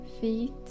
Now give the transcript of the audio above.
feet